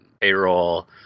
payroll